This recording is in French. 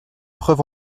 preuve